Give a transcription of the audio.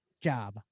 job